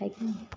है कि नहीं